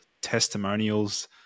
testimonials